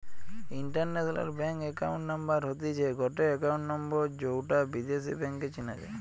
international bank account number হতিছে গটে account নম্বর যৌটা বিদেশী ব্যাংকে চেনা যাই